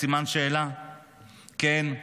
כן,